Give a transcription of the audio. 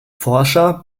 forscher